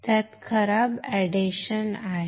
तर त्यात खराब एडेशन आहे